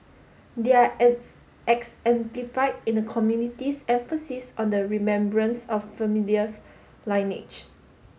they are in the community's emphasis on the remembrance of familiars lineage